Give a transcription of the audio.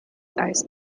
ice